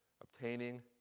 obtaining